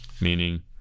meaning